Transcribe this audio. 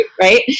right